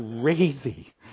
crazy